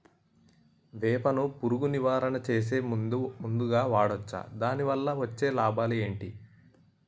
వేప ను పురుగు నివారణ చేసే మందుగా వాడవచ్చా? దాని వల్ల వచ్చే లాభాలు ఏంటి?